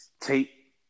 Take